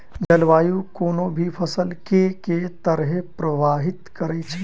जलवायु कोनो भी फसल केँ के तरहे प्रभावित करै छै?